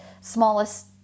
smallest